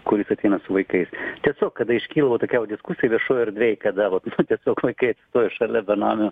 kuris ateina su vaikais tiesiog kada iškyla va tokia va diskusija viešoj erdvėj kada vat nu tiesiog vaikai atsistoja šalia benamių